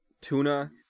tuna